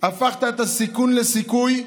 הפכת את הסיכון לסיכוי.